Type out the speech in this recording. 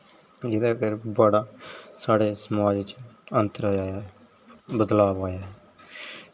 एह्दे नै साढ़े समाज च बड़ा अंतर आया ऐ बदलाव आया ऐ